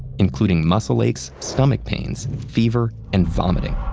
including muscle aches, stomach pains, fever, and vomiting.